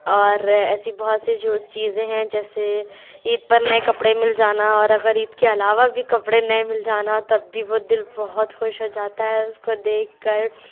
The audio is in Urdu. اور ایسی بہت سی جو چیزیں ہیں جیسے عید پر نئے کپڑے مل جانا اور اگر عید کے علاوہ بھی کپڑے نئے مل جانا تب بھی وہ دل بہت خوش ہو جاتا ہے اس کو دیکھ کر